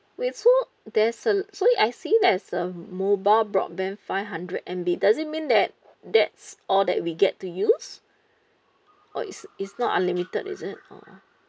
wait so there's a so I see there's um mobile broadband five hundred M_B does it mean that that's all that we get to use or is is not unlimited is it oh